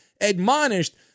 admonished